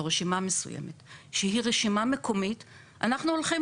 רשימה מסוימת שהיא סיעה מקומית אנחנו הולכים